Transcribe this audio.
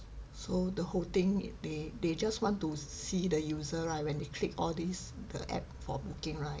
so the whole thing they they just want to see the user right when they click all this the app for booking right